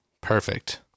Perfect